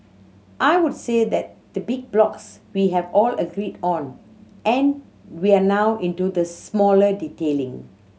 I would say that the big blocks we've all agreed on and we're now into the smaller detailing